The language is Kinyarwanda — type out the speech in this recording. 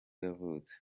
yavutse